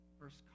first